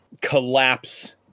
collapse